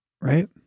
right